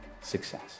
success